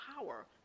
power